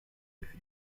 with